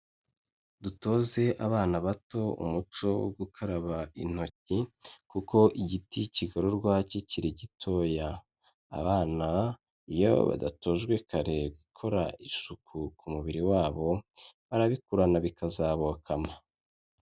Dutoze abana bato umuco wo gukaraba intoki kuko igiti kigororwa kikiri gitoya. Abana iyo badatojwe kare gukora isuku ku mubiri wabo, barabikurana bikazabokama.